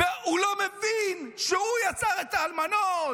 הוא לא מבין שהוא יצר את האלמנות?